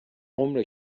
عمر